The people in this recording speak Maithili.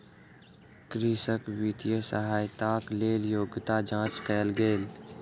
कृषक वित्तीय सहायताक लेल योग्यता जांच कयल गेल